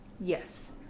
Yes